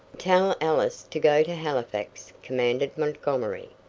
tell ellis to go to halifax, commanded montgomery,